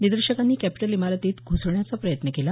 निदर्शकांनी कॅपिटल इमारतीत घ्सण्याचा प्रयत्न केला